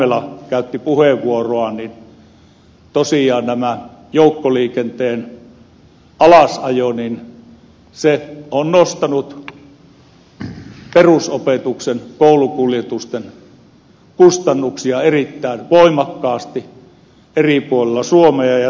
taimela käytti puheenvuoroaan tosiaan tämä joukkoliikenteen alasajo on nostanut perusopetuksen koulukuljetusten kustannuksia erittäin voimakkaasti eri puolilla suomea